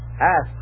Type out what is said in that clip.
Ask